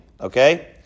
Okay